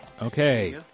Okay